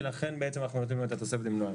ולכן אנחנו נותנים לו את התוספת במלואה.